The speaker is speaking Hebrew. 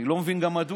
אני גם לא מבין מדוע.